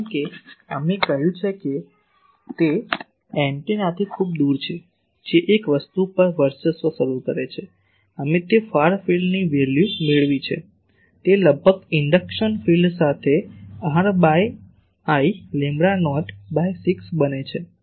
કારણ કે અમે કહ્યું છે કે તે એન્ટેનાથી ખૂબ દુર છે જે એક વસ્તુ પર વર્ચસ્વ શરૂ કરે છે અમે તે ફાર ફિલ્ડ ની વેલ્યુ મેળવી છે તે લગભગ ઇન્ડક્શન ફિલ્ડ સાથેr by I lambda naught by 6 બને છે